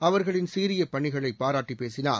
அவர்களின் சீரிய பணிகளை பாராட்டி பேசினார்